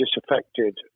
disaffected